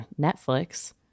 Netflix